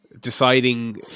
deciding